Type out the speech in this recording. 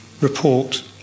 report